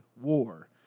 war